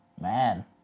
man